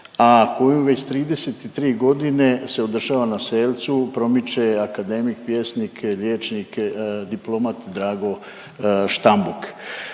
a koju već 33 godine se održava na Selcu. Promiče je akademik, pjesnik, liječnik, diplomat Drago Štambuk.